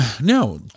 no